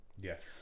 Yes